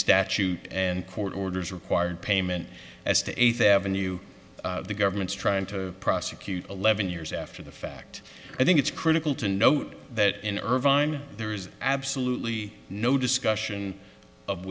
statute and court orders requiring payment as to eighth avenue the government's trying to prosecute eleven years after the fact i think it's critical to note that in irvine there is absolutely no discussion of